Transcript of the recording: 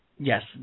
Yes